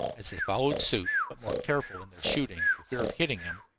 as they followed suit, but more careful in their shooting, for fear of hitting him,